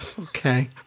okay